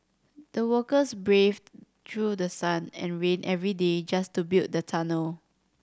the workers braved through the sun and rain every day just to build the tunnel